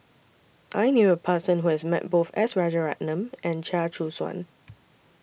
I knew A Person Who has Met Both S Rajaratnam and Chia Choo Suan